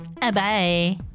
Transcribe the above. Bye-bye